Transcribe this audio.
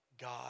God